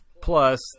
Plus